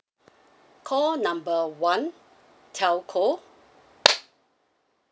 call number one telco